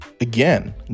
again